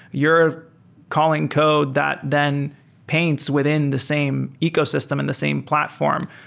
you're calling code that then paints within the same ecosystem in the same platform.